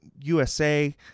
USA